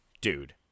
Dude